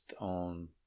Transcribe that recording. on